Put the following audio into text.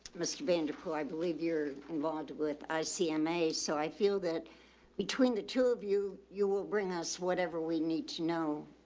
mr vanderpool, i believe you're involved with icm cma, so i feel that between the two of you, you will bring us whatever we need to know,